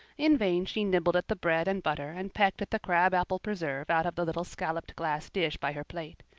in vain she nibbled at the bread and butter and pecked at the crab-apple preserve out of the little scalloped glass dish by her plate.